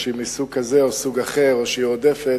או שהיא מסוג כזה או סוג אחר או שהיא עודפת,